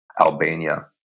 Albania